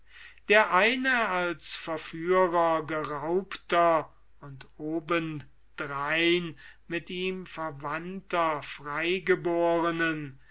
der eine als verführer geraubter und obendrein mit ihm verwandter freigeborenen